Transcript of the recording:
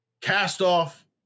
cast-off